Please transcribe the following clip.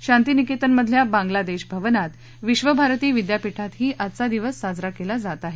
शांती निकेतनमधल्या बांगलादेश भवनात विक्षभारती विद्यापीठातही आजचा दिवस साजरा केला जात आहे